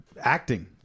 acting